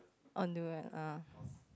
on the what ah